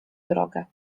drogę